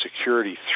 security